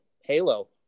Halo